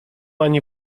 ani